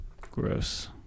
gross